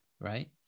right